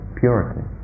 purity